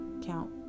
count